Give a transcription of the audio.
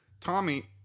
Tommy